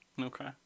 okay